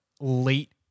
late